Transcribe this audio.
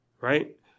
right